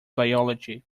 biology